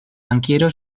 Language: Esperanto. bankiero